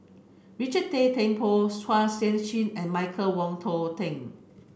Richard Tay Temple is Chin and Michael Wong Tong Ting